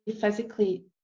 physically